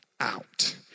out